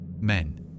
Men